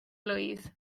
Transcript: blwydd